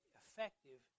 effective